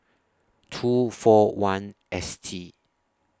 two four one S T